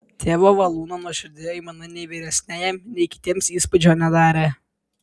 tėvo valūno nuoširdi aimana nei vyresniajam nei kitiems įspūdžio nedarė